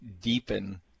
deepen